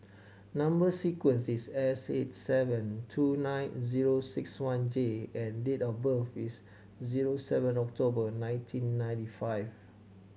number sequence is S eight seven two nine zero six one J and date of birth is zero seven October nineteen ninety five